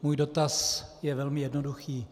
Můj dotaz je velmi jednoduchý.